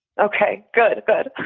okay, good, good.